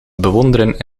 bewonderen